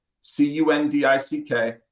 C-U-N-D-I-C-K